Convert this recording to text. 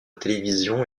télévision